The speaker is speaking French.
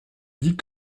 dit